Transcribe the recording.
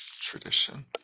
tradition